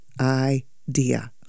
idea